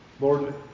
Lord